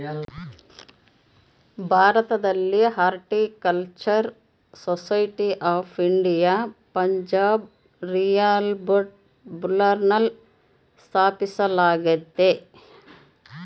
ಭಾರತದಲ್ಲಿ horticultural society of India ಪಂಜಾಬ್ನ ಲಿಯಾಲ್ಪುರ್ನಲ್ಲ ಸ್ಥಾಪಿಸಲಾಗ್ಯತೆ